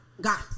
got